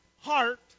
heart